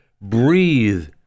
breathe